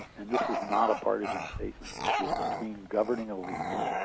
and this is not a partisan statement is between governing elite